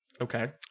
Okay